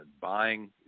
buying